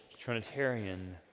Trinitarian